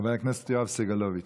חבר הכנסת יואב סגלוביץ'.